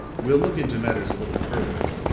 we'll look into matters a little further,